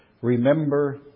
remember